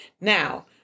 Now